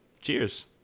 cheers